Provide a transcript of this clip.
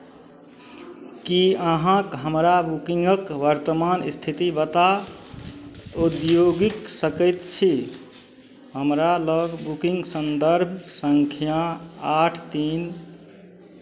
की अहाँक हमरा बुकिंगक वर्तमान स्थिति बता उद्योगिक सकैत छी हमरा लग बुकिंग सन्दर्भ सङ्ख्या आठ तीन